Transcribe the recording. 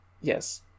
Yes